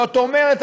זאת אומרת,